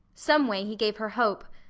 someway he gave her hope.